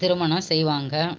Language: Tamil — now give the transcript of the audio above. திருமணம் செய்வாங்க